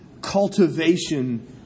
cultivation